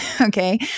Okay